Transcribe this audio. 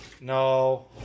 No